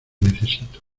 necesito